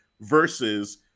versus